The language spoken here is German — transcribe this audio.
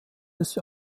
des